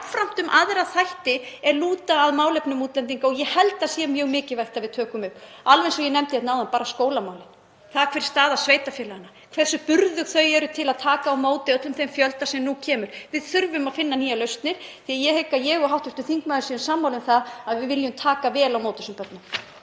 jafnframt um aðra þætti er lúta að málefnum útlendinga. Ég held að það sé mjög mikilvægt að við tökum upp, alveg eins og ég nefndi áðan, bara skólamálin, það hver staða sveitarfélaganna er, hversu burðug þau eru til að taka á móti öllum þeim fjölda sem nú kemur. Við þurfum að finna nýjar lausnir því að ég hygg að ég og hv. þingmaður séum sammála um að við viljum taka vel á móti þessum börnum.